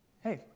Hey